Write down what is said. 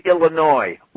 illinois